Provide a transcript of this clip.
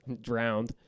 Drowned